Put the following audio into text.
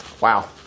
Wow